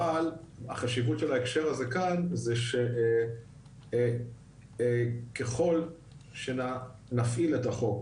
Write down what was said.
אבל החשיבות של ההקשר הזה כאן זה שככל שנפעיל את החוק,